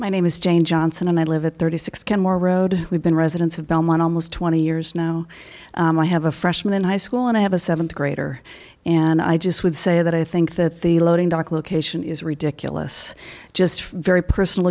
my name is jane johnson and i live at thirty six kenmore road we've been residents of belmont almost twenty years now i have a freshman in high school and i have a seventh grader and i just would say that i think that the loading dock location is ridiculous just very personal